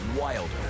Wilder